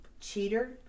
cheater